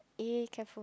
eh careful